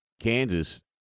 Kansas